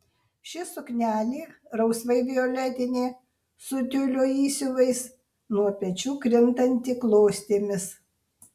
ši suknelė rausvai violetinė su tiulio įsiuvais nuo pečių krintanti klostėmis